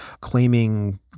claiming